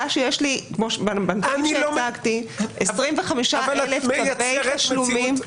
בנתונים שהצגתי יש 25,000 צווי תשלומים.